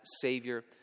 savior